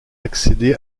accéder